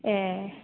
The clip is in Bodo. ए